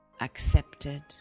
accepted